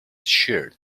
shirt